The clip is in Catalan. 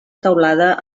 teulada